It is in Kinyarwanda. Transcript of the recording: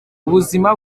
ubuzima